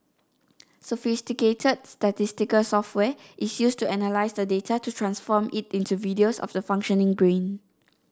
sophisticated statistical software is used to analyse the data to transform it into videos of the functioning brain